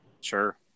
Sure